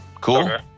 Cool